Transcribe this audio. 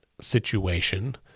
situation